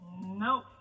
nope